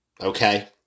okay